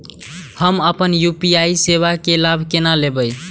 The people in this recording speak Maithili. हम अपन यू.पी.आई सेवा के लाभ केना लैब?